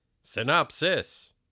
Synopsis